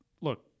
look